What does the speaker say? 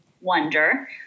wonder